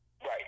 Right